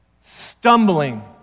stumbling